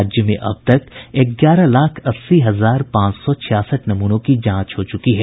राज्य में अब तक ग्यारह लाख अस्सी हजार पांच सौ छियासठ नमूनों की जांच हो चुकी है